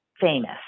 famous